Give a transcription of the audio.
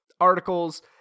articles